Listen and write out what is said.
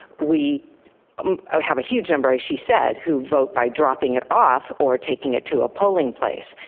we have a huge number as she said, who vote by dropping it off or taking it to a polling place.